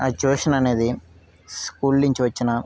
ఆ ట్యూషన్ అనేది స్కూల్ నుంచి వచ్చిన